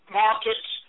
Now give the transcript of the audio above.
markets